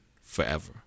forever